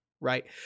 right